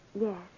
Yes